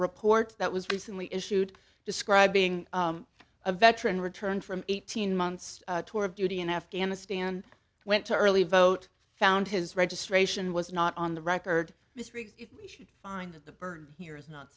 report that was recently issued describing a veteran returned from eighteen months tour of duty in afghanistan went to early vote found his registration was not on the record find that the bird here is not